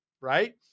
Right